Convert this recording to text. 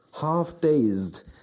half-dazed